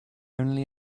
only